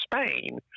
Spain